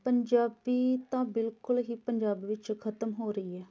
ਪੰਜਾਬੀ ਤਾਂ ਬਿਲਕੁਲ ਹੀ ਪੰਜਾਬ ਵਿੱਚੋਂ ਖ਼ਤਮ ਹੋ ਰਹੀ ਹੈ